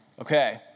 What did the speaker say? okay